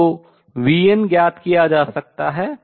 तो vn ज्ञात किया जा सकता है